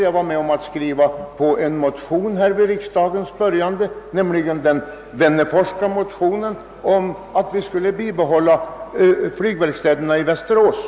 Jag var med om att skriva på en motion vid riksdagens början om att vi skulle bibehålla flygverkstaden i Västerås.